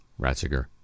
Ratzinger